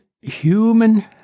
human